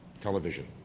television